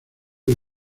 del